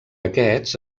aquests